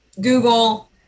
Google